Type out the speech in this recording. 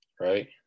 right